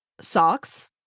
socks